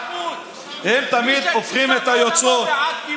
הם תמיד הופכים את היוצרות, מי, בעד כיבוש.